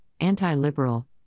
anti-liberal